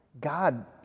God